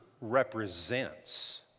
represents